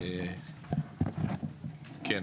בוקר טוב.